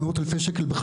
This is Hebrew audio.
יש 14 תקנות שאושרו.